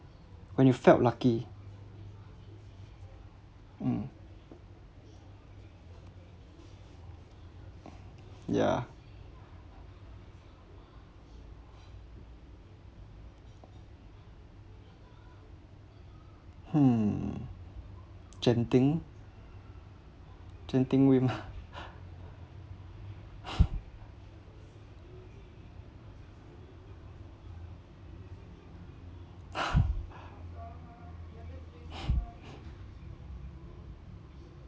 when you felt lucky mm ya hmm genting genting win